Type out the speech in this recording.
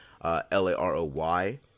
L-A-R-O-Y